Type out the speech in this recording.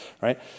right